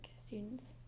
students